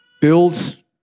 Build